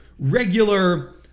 Regular